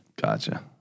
Gotcha